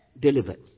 delivered